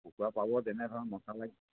কুকুৱা পাব তেনেধৰণৰ মছলাই